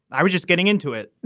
i was just getting into it